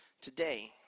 today